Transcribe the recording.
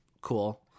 Cool